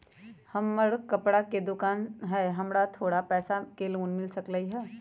हमर कपड़ा के दुकान है हमरा थोड़ा पैसा के लोन मिल सकलई ह?